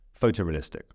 photorealistic